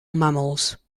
mammals